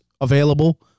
available